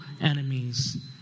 enemies